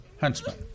Huntsman